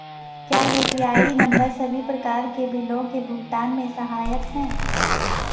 क्या UPI number सभी प्रकार के बिलों के भुगतान में सहायक हैं?